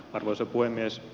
arvoisa puhemies